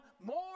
more